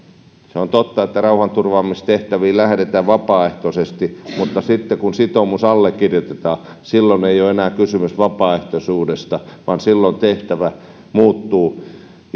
se on totta että rauhanturvaamistehtäviin lähdetään vapaaehtoisesti mutta sitten kun sitoumus allekirjoitetaan silloin ei ole enää kysymys vapaaehtoisuudesta vaan silloin tehtävä muuttuu